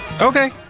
Okay